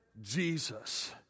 Jesus